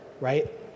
right